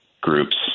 groups